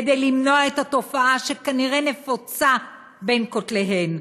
כדי למנוע את התופעה שכנראה נפוצה בין כותליהן.